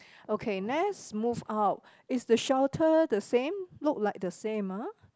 okay let's move out is the shelter the same look like the same ah